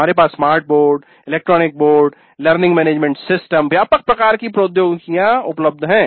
हमारे पास smart board electronic board learning management system व्यापक प्रकार की प्रौद्योगिकियां उपलब्ध हैं